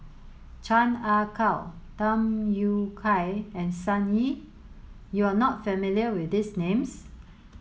Chan Ah Kow Tham Yui Kai and Sun Yee you are not familiar with these names